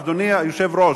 אדוני היושב-ראש,